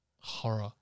Horror